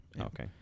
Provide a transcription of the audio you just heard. okay